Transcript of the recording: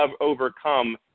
overcome